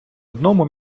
одному